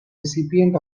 recipient